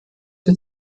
wir